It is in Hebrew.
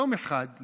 יום אחד,